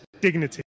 dignity